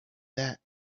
that